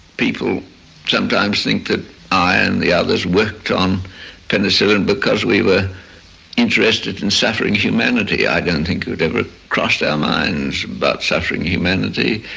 people sometimes think that i and the others worked on penicillin because we were interested in suffering humanity. i don't think it ever crossed our minds about suffering humanity.